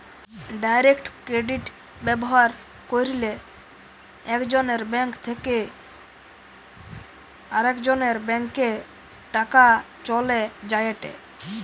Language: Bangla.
ডাইরেক্ট ক্রেডিট ব্যবহার কইরলে একজনের ব্যাঙ্ক থেকে আরেকজনের ব্যাংকে টাকা চলে যায়েটে